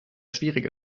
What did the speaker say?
schwierige